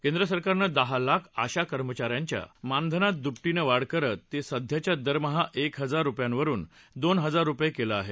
केंद्र सरकारनं दहा लाख आशा कर्मचाऱ्यांच्या मानधनात द्पटीनं वाढ करत ते सध्याच्या दरमहा एक हजार रुपयांवरून दोन हजार रुपये केलं आहे